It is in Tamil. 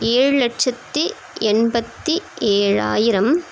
ஏழு லட்சத்தி எண்பத்தி ஏழாயிரம்